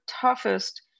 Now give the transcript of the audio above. toughest